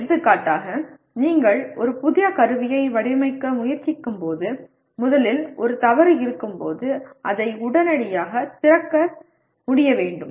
எடுத்துக்காட்டாக நீங்கள் ஒரு புதிய கருவியை வடிவமைக்க முயற்சிக்கும்போது முதலில் ஒரு தவறு இருக்கும்போது அதை உடனடியாக திறக்க முடிய வேண்டும்